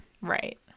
Right